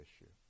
issue